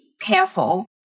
careful